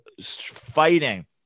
Fighting